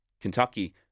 Kentucky